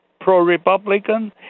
pro-Republican